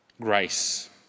grace